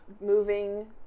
moving